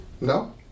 No